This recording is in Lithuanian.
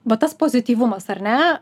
vat tas pozityvumas ar ne